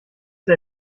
der